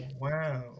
Wow